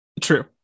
True